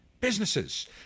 businesses